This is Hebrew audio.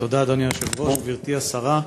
אדוני היושב-ראש, תודה, גברתי השרה,